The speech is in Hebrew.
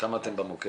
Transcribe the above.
כמה אנשים אתם במוקד?